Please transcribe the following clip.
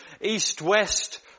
east-west